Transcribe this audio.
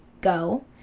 go